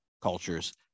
cultures